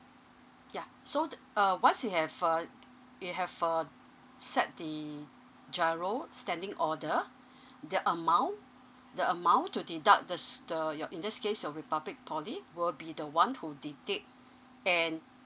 yeah so the uh once you have uh you have uh set the giro standing order the amount the amount to deduct the s~ the you're in this case your republic poly will be the one who dictate and